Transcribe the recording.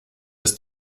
ist